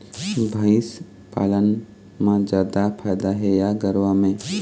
भंइस पालन म जादा फायदा हे या गरवा में?